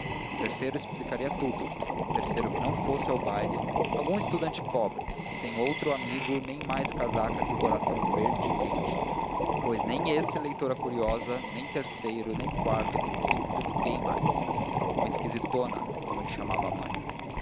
um terceiro explicaria tudo um terceiro que não fosse ao baile algum estudante pobre sem outro amigo nem mais casaca que o coração verde e quente pois nem esse leitora curiosa nem terceiro nem quarto nem quinto ninguém mais uma esquisitona como lhe chamava a mãe